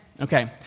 Okay